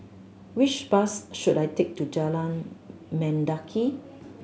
which bus should I take to Jalan Mendaki